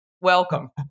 Welcome